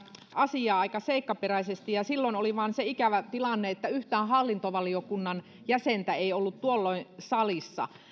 asiaa aika seikkaperäisesti ja silloin oli vain se ikävä tilanne että yhtään hallintovaliokunnan jäsentä ei ollut tuolloin salissa